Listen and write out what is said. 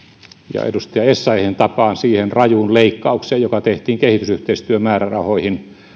ja edustaja essayahin tapaan viittaan tässä siihen rajuun leikkaukseen joka tehtiin kehitysyhteistyömäärärahoihin